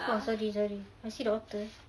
oh sorry sorry I see the author